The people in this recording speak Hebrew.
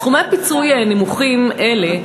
סכומי פיצוי נמוכים אלה,